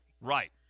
Right